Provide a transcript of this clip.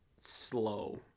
slow